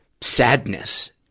sadness